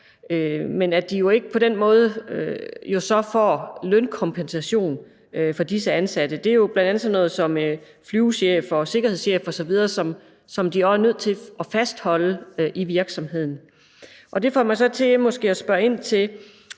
men hvor de jo så på den måde ikke får lønkompensation for disse ansatte. Det er jo bl.a. sådan noget som flyvechefer og sikkerhedschefer osv., som de også er nødt til at fastholde i virksomheden. Det får mig måske så også til at spørge ind til,